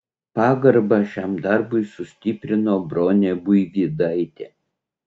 pagarbą šiam darbui sustiprino bronė buivydaitė